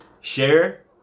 Share